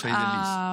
בלשון המעטה,